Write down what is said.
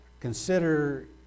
consider